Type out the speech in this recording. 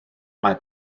mae